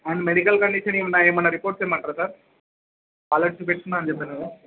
and medical condition ఏమైనా ఏమైనా reports తెమ్మంటారా సార్ ఆల్రెడీ చూపించుకున్నాను అని చెప్పాను కదా